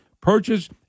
Purchase